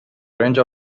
range